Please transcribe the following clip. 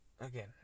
again